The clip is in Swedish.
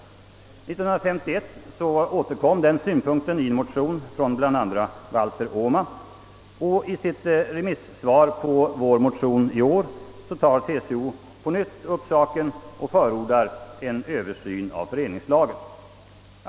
1951 återkom den synpunkten i en motion från bl.a. Valter Åman, och i sitt remissvar på vår motion i år tar TCO på nytt upp saken och förordar en översyn av lagen.